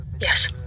Yes